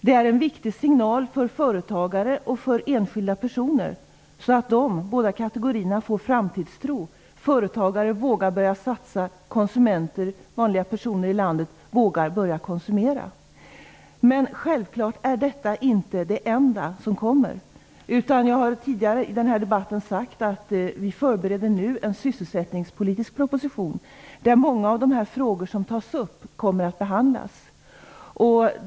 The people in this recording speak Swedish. Det är en viktig signal för företagare och enskilda personer så att dessa kategorier får framtidstro, så att företagare vågar börja satsa och så att konsumenter i landet vågar börja konsumera. Men självfallet är detta inte det enda som är på gång. Jag har tidigare i den här debatten sagt att vi nu förbereder en sysselsättningspolitisk proposition där många av dessa frågor kommer att behandlas.